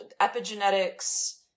epigenetics